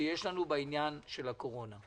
שיש לנו בעניין הקורונה.